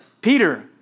Peter